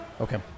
okay